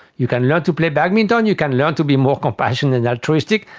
you can learn to play badminton, you can learn to be more compassionate and altruistic,